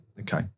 okay